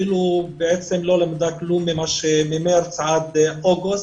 כאילו לא למד כלום ממרץ עד אוגוסט.